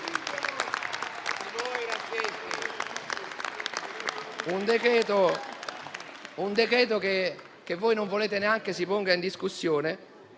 decreto, che voi non volete neanche si ponga in discussione,